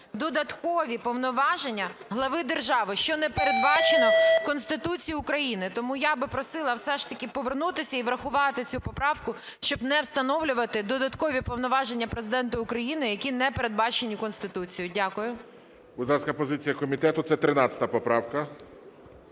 додаткові повноваження Глави держави, що не передбачено Конституцією України. Тому я би просила все ж таки повернутися і врахувати цю поправку, щоб не встановлювати додаткові повноваження Президента України, які не передбачені Конституцією. Дякую. ГОЛОВУЮЧИЙ. Будь ласка, позиція комітету. Це 13 поправка.